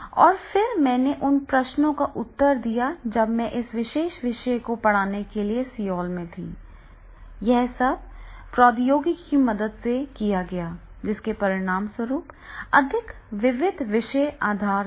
और फिर मैंने उन प्रश्नों का उत्तर दिया जब मैं इस विशेष विषय को पढ़ाने के लिए सियोल में था यह सब प्रौद्योगिकी की मदद से किया गया था जिसके परिणामस्वरूप अधिक विविध विषय आधार थे